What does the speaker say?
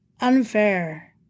Unfair